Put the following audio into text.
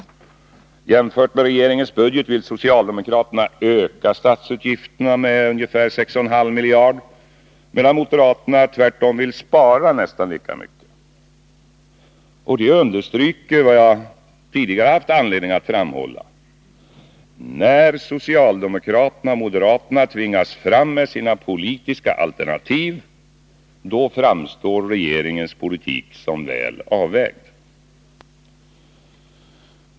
Jämfört med regeringens budget vill socialdemokraterna öka statsutgifterna med ungefär 6,5 miljarder, medan moderaterna tvärtom vill spara nästan lika mycket. Det understryker vad jag tidigare haft anledning att framhålla: När socialdemokraterna och moderaterna tvingas fram med sina politiska alternativ, framstår regeringens politik som väl avvägd.